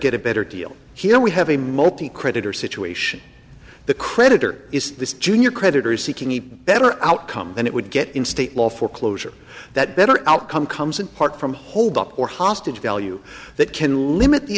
get a better deal here we have a multi creditor situation the creditor is this junior creditors seeking a better outcome than it would get in state law foreclosure that better outcome comes in part from hold up or hostage value that can limit the